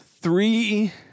three